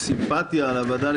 קיבלתי ממנו טלפון.